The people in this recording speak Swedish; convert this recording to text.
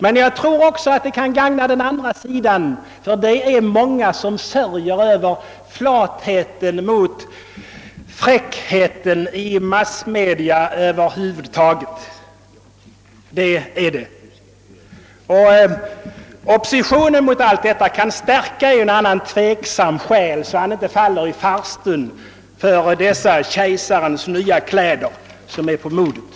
Men jag tror också att det kan gagna motståndet mot dem; det är många som sörjer över flatheten mot flabbigheten och fräckheten i massmedia över huvud, Oppositionen mot allt detta kan stärka en och annan tveksam själ, så att han inte faller i farstun för dessa »kejsarens nya kläder» som är på modet.